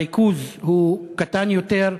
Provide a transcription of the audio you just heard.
הריכוז הוא קטן יותר,